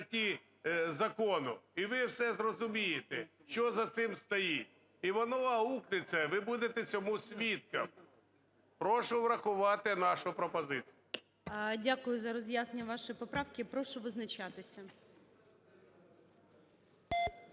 Дякую за роз'яснення вашої поправки. Прошу визначатися.